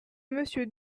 monsieur